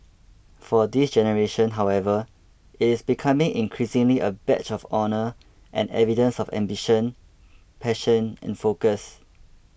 for this generation however it is becoming increasingly a badge of honour and evidence of ambition passion and focus